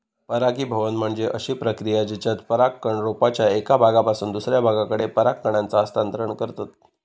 परागीभवन म्हणजे अशी प्रक्रिया जेच्यात परागकण रोपाच्या एका भागापासून दुसऱ्या भागाकडे पराग कणांचा हस्तांतरण करतत